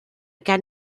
gen